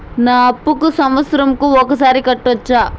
నా అప్పును సంవత్సరంకు ఒకసారి కట్టవచ్చా?